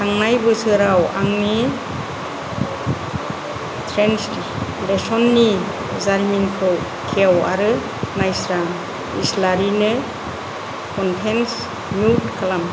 थांनाय बोसोराव आंनि ट्रेन्जेकसननि जारिमिनखौ खेव आरो नायस्रां इस्लारिनो कनटेक्ट मिउट खालाम